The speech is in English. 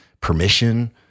permission